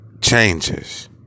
changes